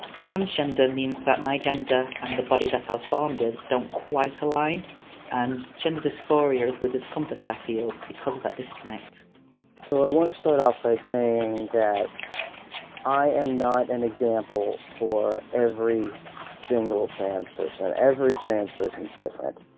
transgender! means that my gender and the body that i was ah so born with don't quite align and! gender dysphoria! is the discomfort i feel because of that disconnect so i want to start off by saying that i am not an example for every single trans person every trans person is different.